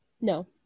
No